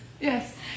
Yes